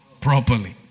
properly